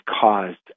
caused